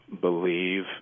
believe